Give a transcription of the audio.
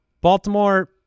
Baltimore